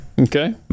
Okay